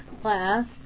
class